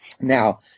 Now